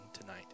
tonight